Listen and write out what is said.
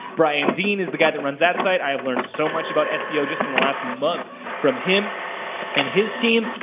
brian dean is the guy that runs that site. i have learned so much about seo just in the last month from him and his team.